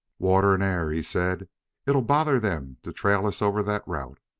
water and air, he said it'll bother them to trail us over that route.